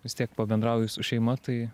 vis tiek pabendrauju su šeima tai